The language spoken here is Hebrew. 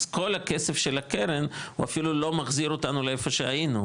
אז כל הכסף של הקרן הוא אפילו לא מחזיר אותנו לאיפה שהיינו,